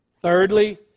Thirdly